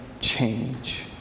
change